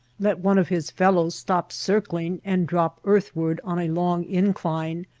let one of his fellows stop circling and drop earth ward on a long incline,